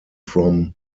from